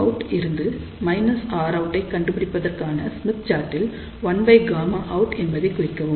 Γout இருந்து Rout ஐ கண்டுபிடிப்பதற்கு ஸ்மித் சார்ட்டில் 1Γout என்பதைக் குறிக்கவும்